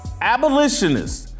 Abolitionists